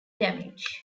damage